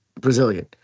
Brazilian